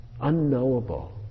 unknowable